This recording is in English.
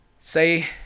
say